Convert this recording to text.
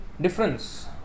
Difference